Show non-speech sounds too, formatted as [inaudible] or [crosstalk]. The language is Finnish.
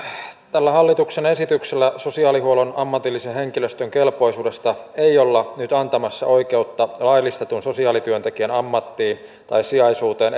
tällä hallituksen esityksellä sosiaalihuollon ammatillisen henkilöstön kelpoisuudesta ei olla nyt antamassa oikeutta laillistetun sosiaalityöntekijän ammattiin tai sijaisuuteen [unintelligible]